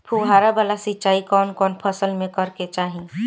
फुहारा वाला सिंचाई कवन कवन फसल में करके चाही?